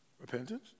Repentance